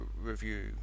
review